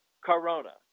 Corona